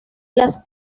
las